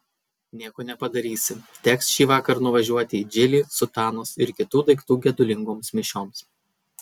nieko nepadarysi teks šįvakar nuvažiuoti į džilį sutanos ir kitų daiktų gedulingoms mišioms